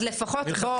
אז לפחות בוא,